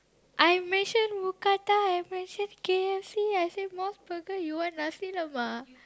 I mention mookata I mention K_F_C I say Mos-Burger you want nasi-lemak